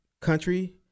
country